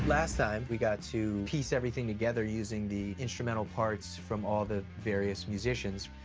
last time, we got to piece everything together using the instrumental parts from all the various musicians,